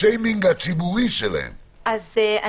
השיימינג הציבורי שלהם, לא האישי.